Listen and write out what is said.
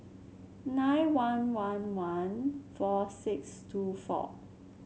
nine one one one four six two four